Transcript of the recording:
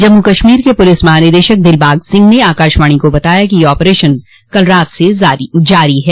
जम्मू कश्मीर के पुलिस महानिदेशक दिलबाग सिंह ने आकाशवाणी को बताया कि यह ऑपरेशन कल रात से जारी है